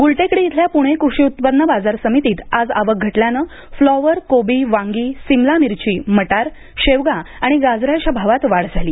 गुलटेकडी इथल्या पुणे कृषी उत्पन्न बाजार समितीत आज आवक घटल्याने फ्लॉवर कोबी वांगी सिमला मिरची मटर शेवगा आणि गाजराच्या भावात वाढ झाली